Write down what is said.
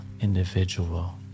individual